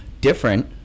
different